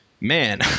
man